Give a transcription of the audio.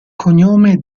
cognome